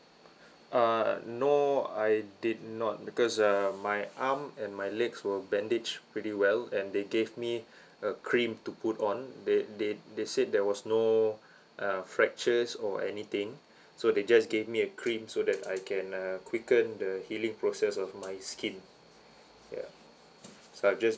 uh no I did not because uh my arm and my legs were bandaged pretty well and they gave me a cream to put on they they they said there was no uh fractures or anything so they just gave me a cream so that I can uh quicken the healing process of my skin ya so I've just